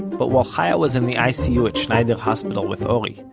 but while chaya was in the icu at shneider hospital with ori,